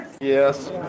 Yes